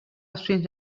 strange